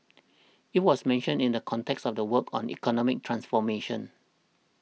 it was mentioned in the context of the work on economic transformation